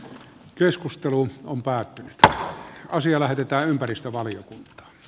keskustelu on päättynyt ja asia lähetetään ympäristövaliokunta